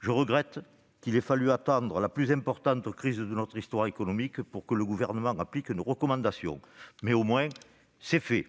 Je regrette qu'il ait fallu attendre la plus importante crise de notre histoire économique pour que le Gouvernement applique nos recommandations. Au moins, c'est fait !